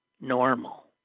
normal